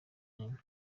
nina